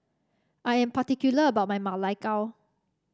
I am particular about my Ma Lai Gao